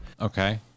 Okay